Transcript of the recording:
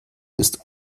ist